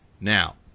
Now